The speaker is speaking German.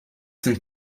sind